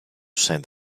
send